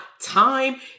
time